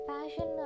Passion